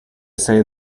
say